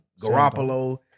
Garoppolo